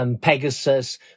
Pegasus